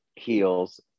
heels